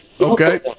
Okay